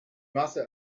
masse